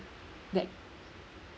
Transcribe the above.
that